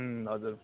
हजुर